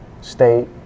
State